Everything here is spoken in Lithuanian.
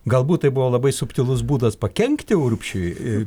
galbūt tai buvo labai subtilus būdas pakenkti urbšiui